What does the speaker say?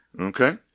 Okay